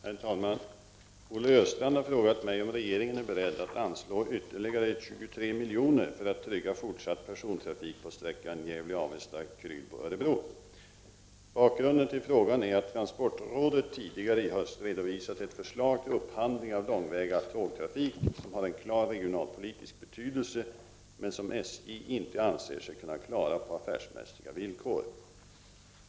Herr talman! Olle Östrand har frågat mig om regeringen är beredd att anslå ytterligare 23 milj.kr. för att trygga fortsatt persontrafik på sträckan Gävle-Avesta/Krylbo-Örebro. Bakgrunden till frågan är att transportrådet tidigare i höst redovisat ett förslag till upphandling av långväga tågtrafik som har en klar regionalpolitisk betydelse men som SJ inte anser sig kunna klara på affärsmässiga villkor.